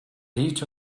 heat